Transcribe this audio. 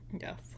Yes